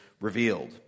revealed